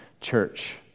church